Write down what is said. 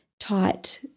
taught